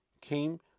came